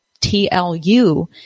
TLU